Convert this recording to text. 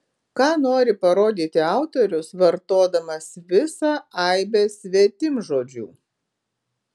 ką nori parodyti autorius vartodamas visą aibę svetimžodžių